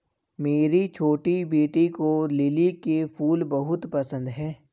मेरी छोटी बेटी को लिली के फूल बहुत पसंद है